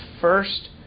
first